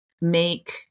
make